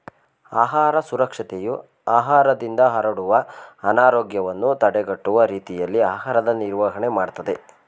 ಆಹಾರ ಸುರಕ್ಷತೆಯು ಆಹಾರದಿಂದ ಹರಡುವ ಅನಾರೋಗ್ಯವನ್ನು ತಡೆಗಟ್ಟುವ ರೀತಿಯಲ್ಲಿ ಆಹಾರದ ನಿರ್ವಹಣೆ ಮಾಡ್ತದೆ